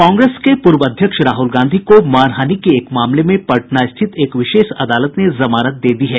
कांग्रेस के पूर्व अध्यक्ष राहुल गांधी को मानहानि के एक मामले में पटना स्थित एक विशेष अदालत ने जमानत दे दी है